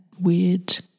weird